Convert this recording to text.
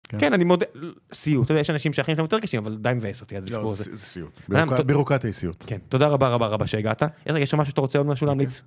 כן, אני מודה - סיוט - 'תה יודע יש אנשים שהחיים שלהם יותר קשיים אבל די מבאס אותי אז... - לא, זה סיוט, הבירוקרטיה היא סיוט - כן, תודה רבה רבה רבה שהגעת. רגע, יש עוד משהו שאתה רוצה עוד משהו להמליץ?